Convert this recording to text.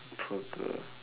poor girl